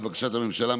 לבקשת הממשלה,